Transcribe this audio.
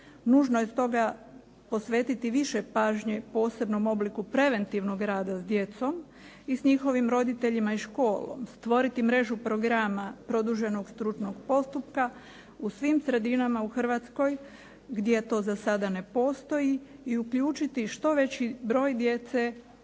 Nužno je stoga posvetiti više pažnje posebnom obliku preventivnog rada s djecom i s njihovim roditeljima i školom, stvoriti mrežu programa produženog stručnog postupka u svim sredinama u Hrvatskoj gdje to za sada ne postoji i uključiti što veći broj djece